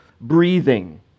breathing